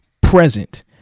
present